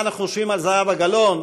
חברת הכנסת זהבה גלאון,